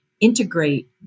integrate